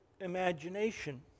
imagination